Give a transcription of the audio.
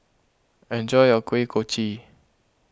enjoy your Kuih Kochi